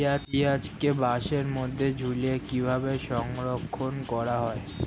পেঁয়াজকে বাসের মধ্যে ঝুলিয়ে কিভাবে সংরক্ষণ করা হয়?